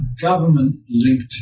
government-linked